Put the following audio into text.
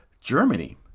Germany